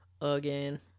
again